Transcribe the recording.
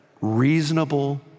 reasonable